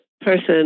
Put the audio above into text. person